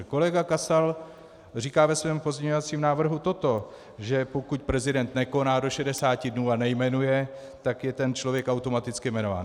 Kolega Kasal říká ve svém pozměňovacím návrhu to, že pokud prezident nekoná do šedesáti dnů a nejmenuje, tak je ten člověk automaticky jmenován.